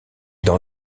dans